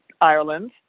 Ireland